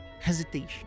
hesitation